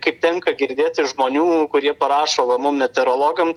kaip tenka girdėt iš žmonių kurie parašo va mum meterologam